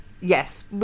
Yes